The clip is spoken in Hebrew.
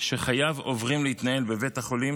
שחייו עוברים להתנהל בבית החולים,